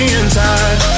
inside